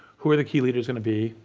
who are the key leaders going to be?